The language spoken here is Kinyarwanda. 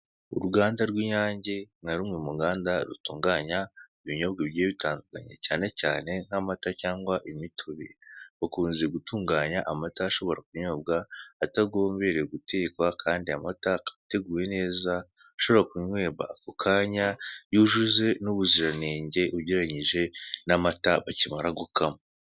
Uruganda rw'Inyange nka rumwe mu ruganda rutunganya ibinyobwa bigiye bitandukanye, cyane cyane nka mata cyangwa imitobe, bakunze gutunganya amata ashobora kunyobwa atagomberewe gutekwa kandi amata akaba ateguwe neza ashobora kunywebwa ako kanya yujuje n'ubuziranenge ugereranyije na mata bakimara gukama.